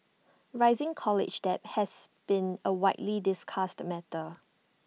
rising college debt has been A widely discussed matter